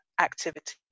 activity